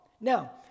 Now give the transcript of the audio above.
Now